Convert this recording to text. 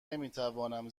نمیتوانم